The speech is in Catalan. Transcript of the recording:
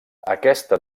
aquesta